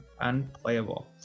unplayable